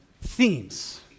themes